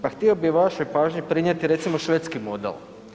Pa htio bi vašoj pažnji prinijeti recimo švedski model.